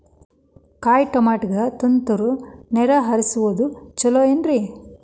ಕಾಯಿತಮಾಟಿಗ ತುಂತುರ್ ನೇರ್ ಹರಿಸೋದು ಛಲೋ ಏನ್ರಿ?